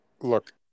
Look